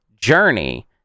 Journey